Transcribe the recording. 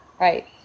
right